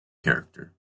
character